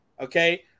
Okay